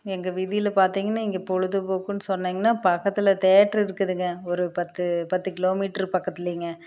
எங்கள் வீதியில் பார்த்திங்கன்னா இங்கே பொழுதுபோக்குன்னு சொன்னிங்கன்னா பக்கத்தில் தேட்டரு இருக்குதுங்க ஒரு பத்து பத்து கிலோ மீட்டர் பக்கத்திலைங்க